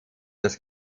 das